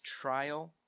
trial